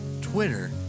Twitter